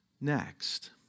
next